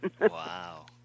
Wow